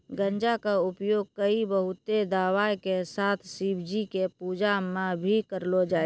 गांजा कॅ उपयोग कई बहुते दवाय के साथ शिवजी के पूजा मॅ भी करलो जाय छै